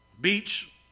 beach